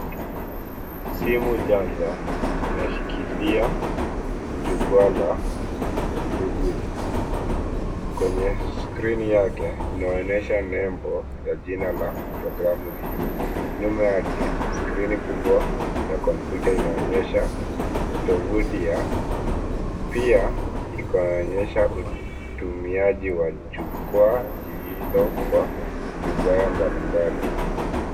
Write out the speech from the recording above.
Simu janja inashikilia jukwaa la Google. Kwenye skrini yake inaonyesha nembo ya jina la programu hiyo. Nyuma yake, skrini kubwa ya kompyuta inaonyesha tovuti ya...pia inaonyesha utumiaji wa jukwaa lililo kwa vibaya mbalimbali.